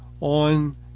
on